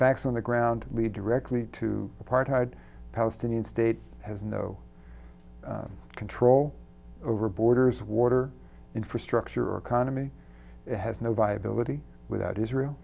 facts on the ground lead directly to apartheid palestinian state has no control over borders water infrastructure or economy has no viability without israel